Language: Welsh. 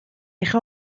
eich